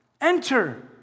Enter